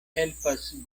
helpas